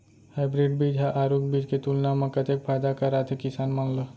Hybrid बीज हा आरूग बीज के तुलना मा कतेक फायदा कराथे किसान मन ला?